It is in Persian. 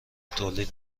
تولید